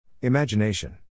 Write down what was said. Imagination